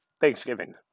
thanksgiving